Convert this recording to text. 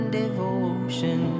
devotion